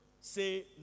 say